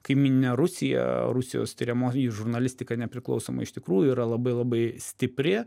kaimynine rusija rusijos tiriamoji žurnalistika nepriklausoma iš tikrųjų yra labai labai stipri